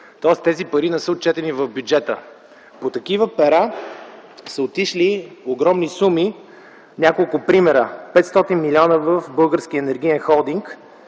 чуят. Тези пари не са отчетени в бюджета. По такива пера са отишли огромни суми. Няколко примера: 500 млн. лв. в Българския енергиен холдинг,